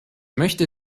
möchte